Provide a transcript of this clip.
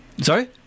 Sorry